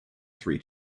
three